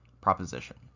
proposition